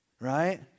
right